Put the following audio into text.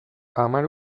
hamar